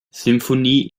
sinfonie